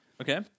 Okay